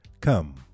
come